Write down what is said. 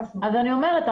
אני אומרת.